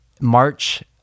March